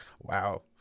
Wow